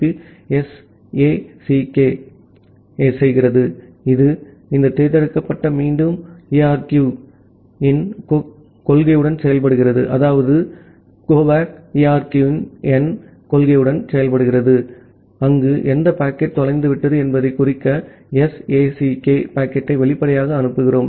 B SACK செய்கிறது இது இந்த தேர்ந்தெடுக்கப்பட்ட மீண்டும் மீண்டும் ARQ இன் கொள்கையுடன் செயல்படுகிறது அங்கு எந்த பாக்கெட் தொலைந்துவிட்டது என்பதைக் குறிக்க SACK பாக்கெட்டை வெளிப்படையாக அனுப்புகிறோம்